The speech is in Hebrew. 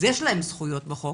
אז יש להם זכויות בחוק,